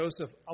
Joseph